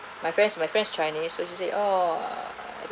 my friends my friends' chinese so she says oh